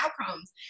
outcomes